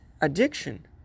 addiction